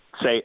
say